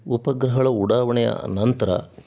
ಉಪಗ್ರಹಗಳ ಉಡಾವಣೆಯ ನಂತರ